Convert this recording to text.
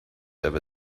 ever